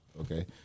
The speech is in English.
Okay